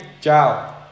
Ciao